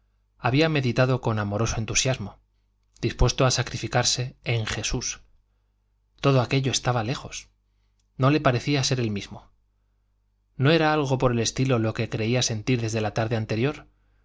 había meditado con amoroso entusiasmo dispuesto a sacrificarse en jesús todo aquello estaba lejos no le parecía ser el mismo no era algo por el estilo lo que creía sentir desde la tarde anterior